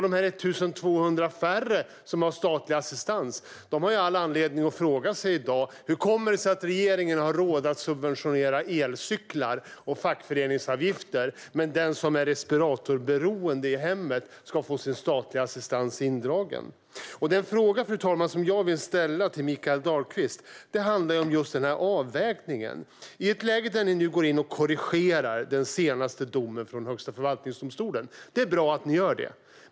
De 1 200 färre som har statlig assistans har i dag all anledning att fråga hur det kommer sig att regeringen har råd att subventionera elcyklar och fackföreningsavgifter men att den som är respiratorberoende i hemmet ska få sin statliga assistans indragen. Den fråga, fru talman, som jag vill ställa till Mikael Dahlqvist handlar om den här avvägningen. Ni går nu in och korrigerar den senaste domen från Högsta förvaltningsdomstolen. Det är bra att ni gör det.